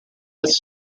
was